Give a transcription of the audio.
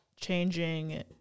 changing